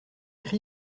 cri